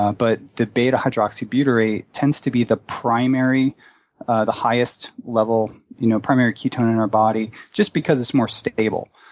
ah but the beta hydroxybutyrate tends to be the primary the highest level you know primary ketone in our body, just because it's more stable.